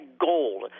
gold